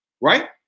Right